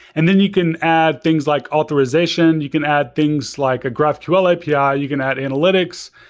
and then you can add things like authorization, you can add things like a graphql api, ah you can add analytics,